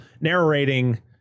narrating